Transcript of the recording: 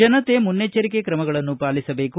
ಜನತೆ ಮುನ್ನೆಚರಿಕೆ ಕ್ರಮಗಳನ್ನು ಪಾಲಿಸಬೇಕು